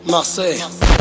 Marseille